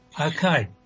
Okay